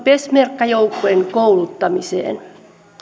peshmerga joukkojen kouluttamiseen